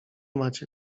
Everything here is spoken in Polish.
macie